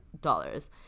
dollars